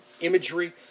imagery